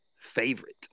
favorite